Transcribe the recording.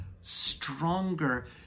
stronger